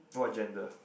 what gender